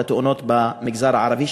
לתאונות במגזר הערבי,